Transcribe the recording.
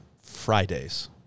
Fridays